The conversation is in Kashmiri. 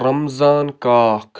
رمضان کاکھ